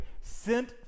Sent